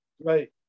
Right